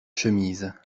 chemise